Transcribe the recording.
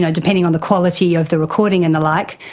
yeah depending on the quality of the recording and the like,